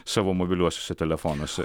savo mobiliuosiuose telefonuose